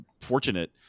fortunate